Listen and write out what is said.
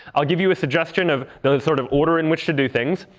i'll give you a suggestion of the sort of order in which to do things.